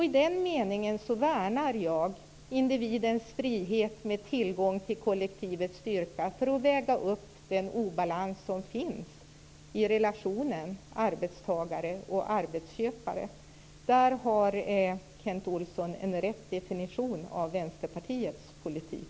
I den meningen värnar jag individens frihet med tillgång till kollektivets styrka, för att väga upp den obalans som finns i relationen mellan arbetstagare och arbetsköpare. Där har Kent Olsson en riktig definition av Vänsterpartiets politik.